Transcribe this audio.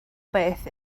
beth